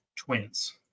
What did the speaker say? Twins